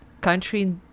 Country